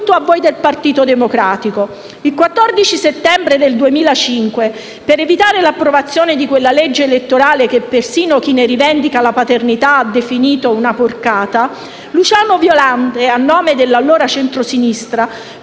Il 14 settembre 2005, per evitare l'approvazione di quella legge elettorale che persino chi ne rivendica la paternità ha definito una porcata, Luciano Violante, a nome dell'allora centrosinistra,